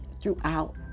throughout